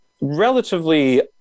relatively